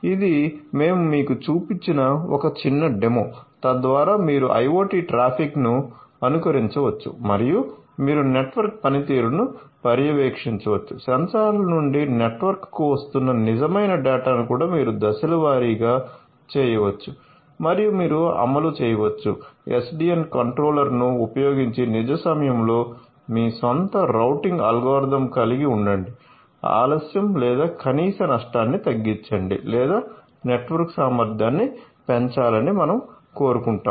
ఇది మేము మీకు చూపించిన ఒక చిన్న డెమో తద్వారా మీరు IoT ట్రాఫిక్ను అనుకరించవచ్చు మరియు మీరు నెట్వర్క్ పనితీరును పర్యవేక్షించవచ్చు సెన్సార్ల నుండి నెట్వర్క్కు వస్తున్న నిజమైన డేటాను కూడా మీరు దశలవారీగా చేయవచ్చు మరియు మీరు అమలు చేయవచ్చు SDN కంట్రోలర్ను ఉపయోగించి నిజ సమయంలో మీ స్వంత రౌటింగ్ అల్గోరిథం కలిగి ఉండండి ఆలస్యం లేదా కనీస నష్టాన్ని తగ్గించండి లేదా నెట్వర్క్ సామర్థ్యాన్ని పెంచాలని మనం కోరుకుంటున్నాము